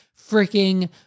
freaking